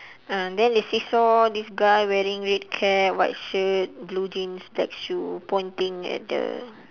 ah then she saw this guy wearing red cap white shirt blue jeans black shoe pointing at the